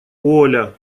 оля